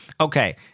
Okay